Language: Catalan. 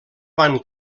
van